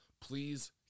Please